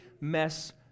mess